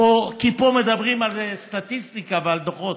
כי פה מדברים על סטטיסטיקה ועל דוחות.